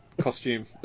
costume